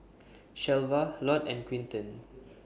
Shelva Lott and Quinton